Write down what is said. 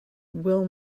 will